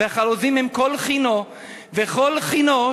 / וחרוזים הם כל חנו / וכל חנו,